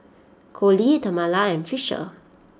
Colie Tamela and Fisher